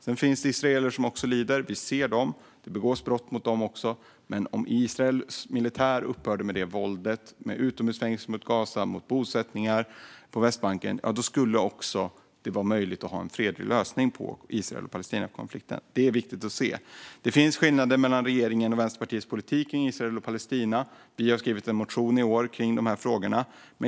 Sedan finns det också israeler som lider. Vi ser dem; det begås brott mot dem också. Men om Israels militär upphörde med våldet, med utomhusfängelser i Gaza och med bosättningar på Västbanken skulle det också vara möjligt med en fredlig lösning på Israel-Palestina-konflikten. Det är viktigt att se detta. Det finns skillnader mellan regeringens och Vänsterpartiets politik kring Israel och Palestina. Vi har skrivit en motion i år om de här frågorna.